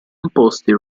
imposti